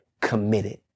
committed